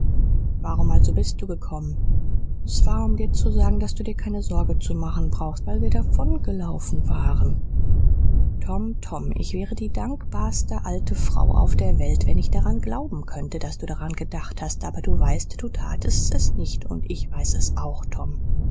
warum also bist du gekommen s war um dir zu sagen daß du dir keine sorge zu machen brauchst weil wir davongelaufen waren tom tom ich wäre die dankbarste alte frau auf der welt wenn ich dran glauben könnte daß du daran gedacht hast aber du weißt du tatst es nicht und ich weiß es auch tom